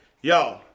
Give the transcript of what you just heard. yo